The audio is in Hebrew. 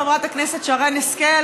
חברת הכנסת שרן השכל,